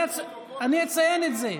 אני אציין את זה.